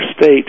state